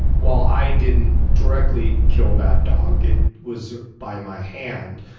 while i didn't directly kill that dog, it was by my hand.